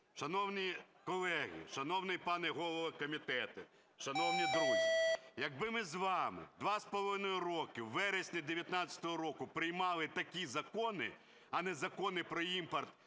Шановні колеги, шановний пане голово комітету, шановні друзі, якби ми з вами два з половиною роки у вересні 19-го року приймали такі закони, а не закони про імпорт